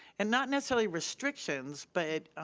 and not necessarily restrictions but,